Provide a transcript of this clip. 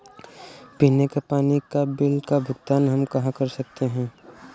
पीने के पानी का बिल का भुगतान हम कहाँ कर सकते हैं?